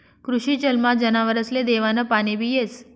कृषी जलमा जनावरसले देवानं पाणीबी येस